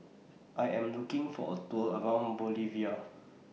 I Am looking For A Tour around Bolivia